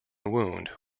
wound